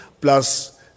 plus